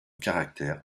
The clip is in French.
caractère